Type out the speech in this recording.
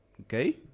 okay